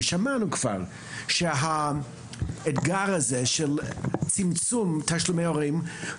שמענו כבר שהאתגר של צמצום תשלומי הורים הוא